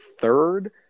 third